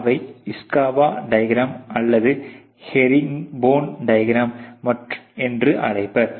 அவைகளை இஷிகாவா வரைபடம் அல்லது ஹெரிங்போனே வரைபடம் என்றும் அழைப்பர்